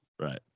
Right